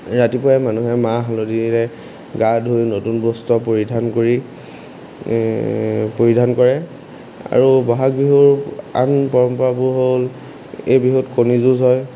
ৰাতিপুৱাই মানুহে মাহ হালধিৰে গা ধুই নতুন বস্ত্ৰ পৰিধান কৰি পৰিধান কৰে আৰু বহাগ বিহুৰ আন পৰম্পৰাবোৰ হ'ল এই বিহুত কণী যুঁজ হয়